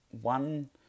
one